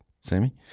Sammy